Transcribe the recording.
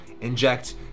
inject